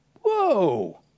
Whoa